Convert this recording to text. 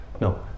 No